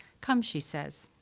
come, she says,